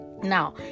Now